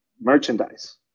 merchandise